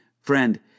Friend